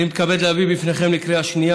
אני מתכבד להביא בפניכם לקריאה השנייה